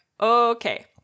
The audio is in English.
okay